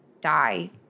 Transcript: die